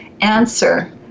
answer